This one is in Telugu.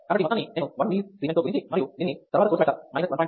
కాబట్టి ఈ మొత్తాన్ని నేను 1mS తో గుణించి మరియు దీనిని తర్వాత సోర్స్ వెక్టార్ 1